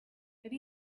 have